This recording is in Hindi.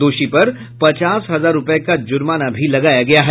दोषी पर पचास हजार रूपये का जुर्माना भी लगाया गया है